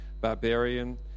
barbarian